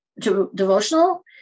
devotional